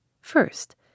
First